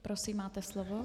Prosím, máte slovo.